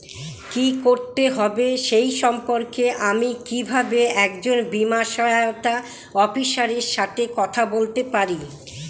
কী করতে হবে সে সম্পর্কে আমি কীভাবে একজন বীমা সহায়তা অফিসারের সাথে কথা বলতে পারি?